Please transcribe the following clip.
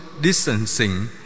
distancing